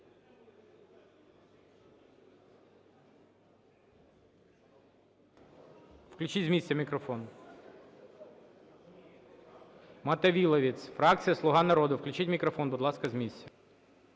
Включіть з місця мікрофон. Мотовиловець, фракція "Слуга народу", включіть мікрофон, будь ласка, з місця.